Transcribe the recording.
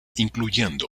incluyendo